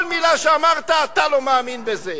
כל מלה שאמרת, אתה לא מאמין בזה.